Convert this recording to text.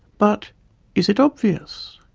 but is it obvious?